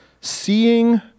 seeing